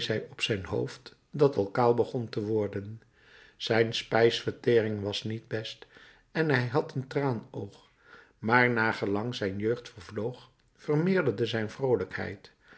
op zijn hoofd dat al kaal begon te worden zijn spijsvertering was niet best en hij had een traanoog maar naargelang zijn jeugd vervloog vermeerderde zijn vroolijkheid